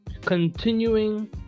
Continuing